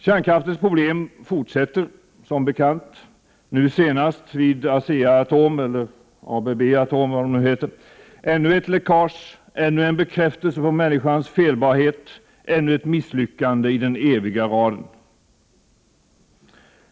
Kärnkraftens problem fortsätter som bekant, nu senast vid ASEA-Atom eller ABB-Atom, vad det nu heter. Ännu ett läckage, ännu en bekräftelse på människans felbarhet, ännu ett misslyckande iden eviga raden.